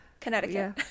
Connecticut